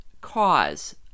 cause